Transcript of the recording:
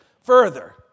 further